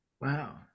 wow